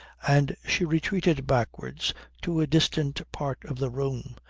and she retreated backwards to a distant part of the room,